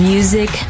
Music